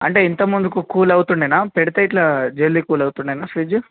అంటే ఇంతకముందు కు కూల్ అవుతుండెనా పెడితే ఇట్లా జల్దీ కూల్ అవుతుండేనా ఫ్రిడ్జ్